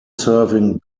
serving